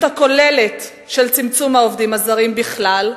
הכוללת של צמצום מספר העובדים הזרים בכלל,